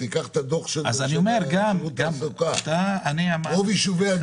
תיקח את הדוח של שירות התעסוקה, רוב יישובי הדרום.